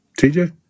TJ